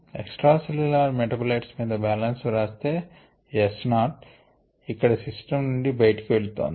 extra cellular metabolites మీద balance వ్రాస్తే S not ఇక్కడ సిస్టం నుండి బయటికి వెలుతొంది